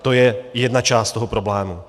To je jedna část toho problému.